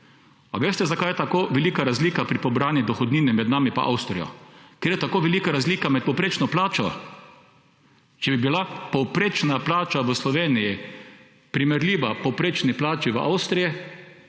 Ali veste, zakaj je tako velika razlika pri pobrani dohodnini med nami in Avstrijo? Ker je tako velika razlika med povprečno plačo. Če bi bila povprečna plača v Sloveniji primerljiva povprečni plači v Avstriji,